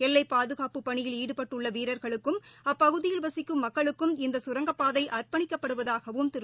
எல்லைபாதுகாப்பு பணியில் ஈடுபட்டுள்ளவீரர்களுக்கும் அப்பகுதியில் வசிக்கும் மக்களுக்கும் இந்தகரங்கப்பாதைஅர்ப்பணிக்கப்படுவதாகவும் திரு